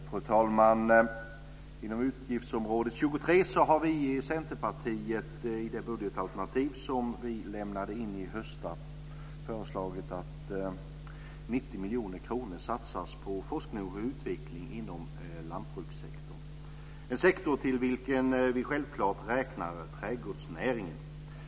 Fru talman! Inom utgiftsområde 23 har vi i Centerpartiet i det budgetalternativ som vi lämnade in i höstas föreslagit att 90 miljoner kronor satsas på forskning och utveckling inom lantbrukssektorn, en sektor till vilken vi självklart räknar trädgårdsnäringen.